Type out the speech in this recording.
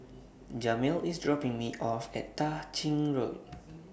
Jamil IS dropping Me off At Tah Ching Road